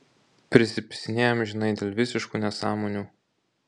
prisipisinėja amžinai dėl visiškų nesąmonių